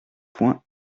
point